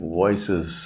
voices